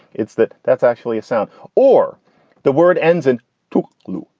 it's that that's actually a sound or the word ends in two too.